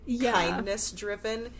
kindness-driven